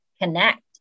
connect